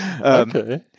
Okay